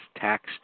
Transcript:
tax